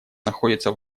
находятся